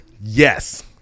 Yes